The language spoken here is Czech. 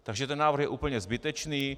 Takže ten návrh je úplně zbytečný.